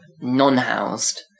non-housed